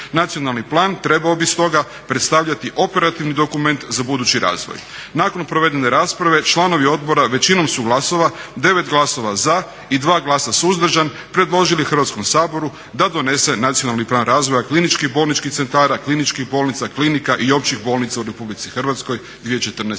Nacionalni plan trebao bi stoga predstavljati operativni dokument za budući razvoj. Nakon provedene rasprave članovi odbora većinom su glasova, 9 glasova za i 2 glasa suzdržana, predložili Hrvatskom saboru da donese Nacionalni plan razvoja kliničkih bolničkih centara, kliničkih bolnica, klinika i općih bolnica u RH 2014-2016.